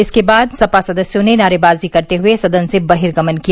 इसके बाद सपा सदस्यों ने नारेबाजी करते हुए सदन से बर्हिगमन किया